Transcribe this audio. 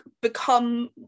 become